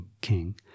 king